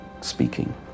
speaking